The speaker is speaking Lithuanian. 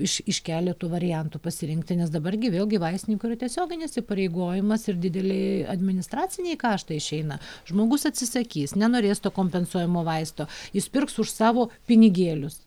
iš iš keleto variantų pasirinkti nes dabar gi vėlgi vaistininko tiesioginis įpareigojimas ir dideli administraciniai kaštai išeina žmogus atsisakys nenorės to kompensuojamo vaisto jis pirks už savo pinigėlius